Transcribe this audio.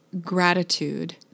gratitude